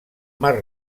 mar